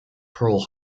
pearl